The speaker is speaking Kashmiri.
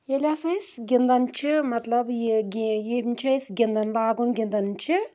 ییٚلہِ ہَسا أسۍ گِنٛدَان چھِ مطلب یہِ گی یِم چھِ أسۍ گِنٛدَان لاگُن گِنٛدَان چھِ